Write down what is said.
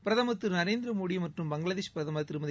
பிரதமர் திரு நரேந்திர மோடி மற்றும் பங்களாதேஷ் பிரதமர் திருமதி